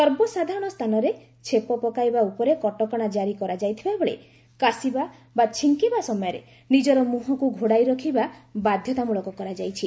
ସର୍ବସାଧାରଣ ସ୍ଥାନରେ ଛେପ ପକାଇବା ଉପରେ କଟକଣା କାରି କରାଯାଇଥିବାବେଳେ କାଶିବା ବା ଛିଙ୍କିବା ସମୟରେ ନିଜର ମୁହଁକୁ ଘୋଡାଇ ରଖିବା ବାଧ୍ୟତାମୂଳକ କରାଯାଇଛି